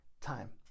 time